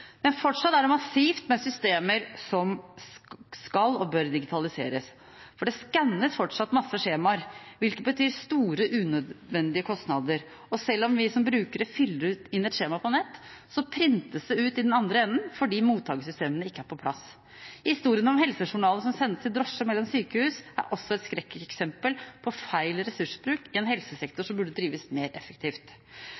Men fortsatt er det massivt med systemer som skal og bør digitaliseres. For det skannes fortsatt masse skjemaer, hvilket betyr store unødvendige kostnader. Og selv om vi som brukere fyller ut et skjema på nett, printes det ut i den andre enden fordi mottakersystemene ikke er på plass. Historiene om helsejournaler som sendes i drosje mellom sykehus, er også et skrekkeksempel på feil ressursbruk i en helsesektor som burde drives mer effektivt.